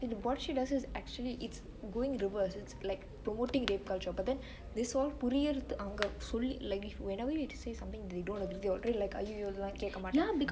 what she does it going in reverse is promoting rape culture but then this whole புரியரது அவங்க சொல்லி:puriyarethu avungge solli like whenever you say something they don't agree already like !aiyoyo! இதெல்லா கேக்க மாட்டெ:ithella kekke maate